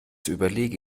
überlege